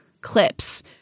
clips